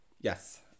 Yes